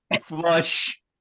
Flush